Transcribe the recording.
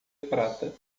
prata